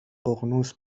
ققنوس